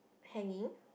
hanging